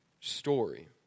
story